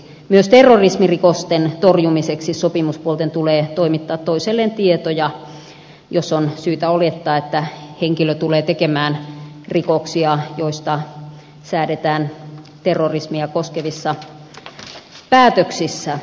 myös terrorismirikosten torjumiseksi sopimuspuolten tulee toimittaa toisilleen tietoja jos on syytä olettaa että henkilö tulee tekemään rikoksia joista säädetään terrorismia koskevissa päätöksissä